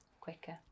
quicker